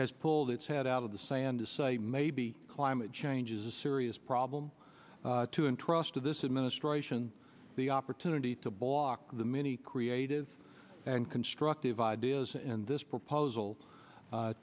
has pulled its head out of the sand to say maybe climate change is a serious problem to entrust to this administration the opportunity to block the many creative and constructive ideas in this proposal